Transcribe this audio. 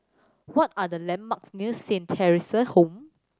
what are the landmarks near Saint Theresa's Home